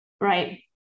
right